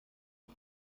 ist